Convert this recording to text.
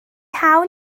hawl